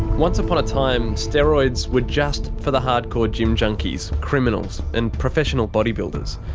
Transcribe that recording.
once upon a time, steroids were just for the hard-core gym junkies, criminals and professional bodybuilders.